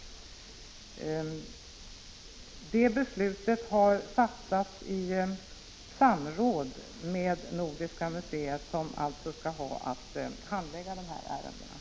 Beslutet att i lagförslaget inte sätta någon värdegräns har fattats i samråd med Nordiska museet, som alltså skall handlägga dessa ärenden.